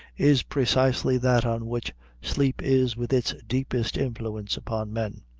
is precisely that on which sleep is with its deepest influence upon men.